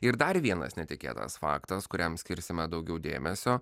ir dar vienas netikėtas faktas kuriam skirsime daugiau dėmesio